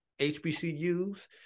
HBCUs